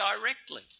directly